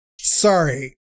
Sorry